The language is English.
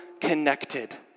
connected